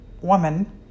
woman